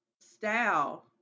style